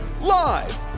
Live